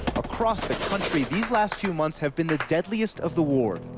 across the country, these last few months have been the deadliest of the war.